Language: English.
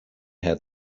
had